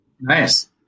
nice